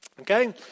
Okay